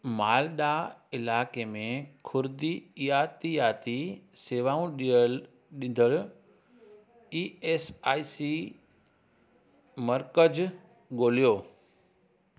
मालडा इलाइके में खुरदि यातियाति शेवाऊं ॾियल ॾींदड़ु ई एस आई सी मर्कज़ ॻोल्हियो